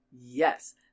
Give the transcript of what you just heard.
yes